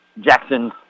Jackson